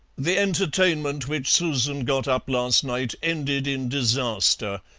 the entertainment which susan got up last night ended in disaster.